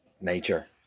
nature